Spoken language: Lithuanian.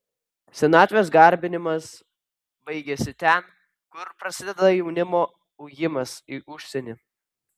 senatvės garbinimas baigiasi ten kur prasideda jaunimo ujimas į užsienį